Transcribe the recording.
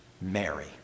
Mary